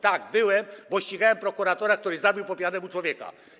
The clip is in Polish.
Tak, byłem, bo ścigałem prokuratora, który zabił po pijanemu człowieka.